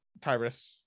tyrus